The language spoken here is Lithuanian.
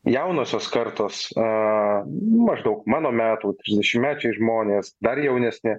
jaunosios kartos a maždaug mano metų trisdešimtmečiai žmonės dar jaunesni